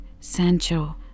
Sancho